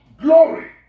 Glory